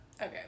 okay